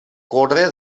corre